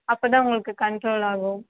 அப்போ தான் உங்களுக்கு கண்ட்ரோல் ஆகும்